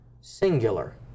singular